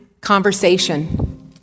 conversation